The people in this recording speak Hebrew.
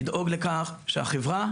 לדאוג לכך שהחברה,